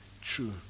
true